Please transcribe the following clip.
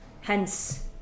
Hence